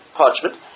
parchment